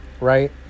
right